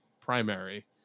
primary